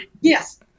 Yes